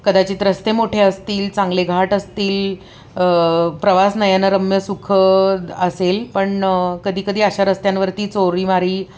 कदाचित रस्ते मोठे असतील चांगले घाट असतील प्रवास नयनरम्य सुखद असेल पण कधी कधी अशा रस्त्यांवरती चोरीमारी